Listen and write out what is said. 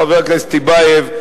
חבר הכנסת טיבייב,